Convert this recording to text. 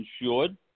insured